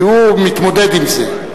כי הוא מתמודד עם זה.